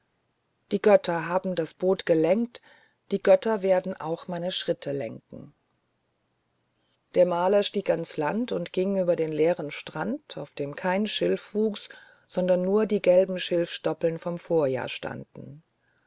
die götter haben das boot gelenkt die götter werden auch meine schritte lenken der maler stieg ans land und ging über den leeren strand auf dem kein schilf wuchs sondern nur die gelben schilfstoppeln vom vorjahr standen